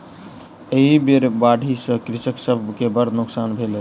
एहि बेर बाढ़ि सॅ कृषक सभ के बड़ नोकसान भेलै